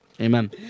Amen